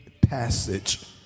passage